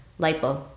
lipo